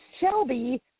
Shelby